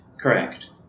correct